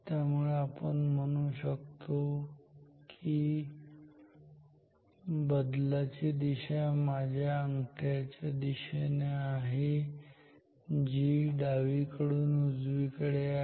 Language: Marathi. त्यामुळे आपण म्हणू शकतो की या बदलाची दिशा माझ्या अंगठ्याच्या दिशेने आहे जी डावीकडून उजवीकडे आहे